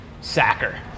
sacker